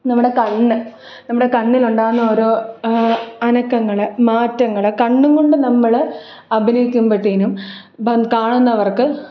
നമ്മുടെ കണ്ണ് നമ്മുടെ കണ്ണിലുണ്ടാകുന്ന ഓരോ അനക്കങ്ങൾ മാറ്റങ്ങൾ കണ്ണും കൊണ്ട് നമ്മൾ അഭിനയിക്കുമ്പോഴത്തേക്കും കാണുന്നവർക്ക്